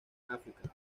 africa